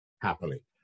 Happily